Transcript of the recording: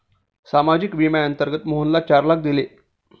सामाजिक विम्याअंतर्गत मोहनला चार लाख दिले